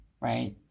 right